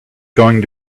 going